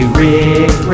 rick